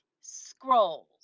scrolls